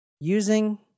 Using